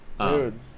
dude